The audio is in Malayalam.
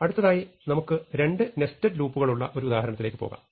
അടുത്തതായി നമുക്ക് രണ്ട് നെസ്റ്റഡ് ലൂപ്പു കൾ ഉള്ള ഒരു ഉദാഹരണത്തിലേക്ക് പോകാം